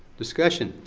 discussion?